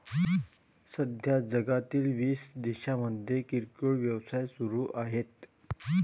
सध्या जगातील वीस देशांमध्ये किरकोळ व्यवसाय सुरू आहेत